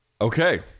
Okay